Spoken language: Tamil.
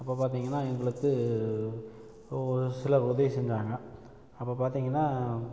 அப்போ பார்த்திங்கன்னா எங்களுக்கு ஒரு சிலர் உதவி செஞ்சாங்க அப்போ பார்த்திங்கன்னா